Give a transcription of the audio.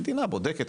המדינה בודקת,